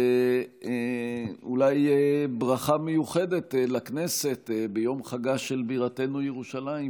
ואולי ברכה מיוחדת לכנסת ביום חגה של בירתנו ירושלים,